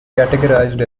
categorised